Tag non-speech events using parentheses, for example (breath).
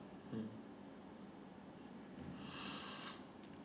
mm (breath)